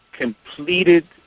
completed